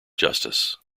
justice